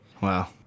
wow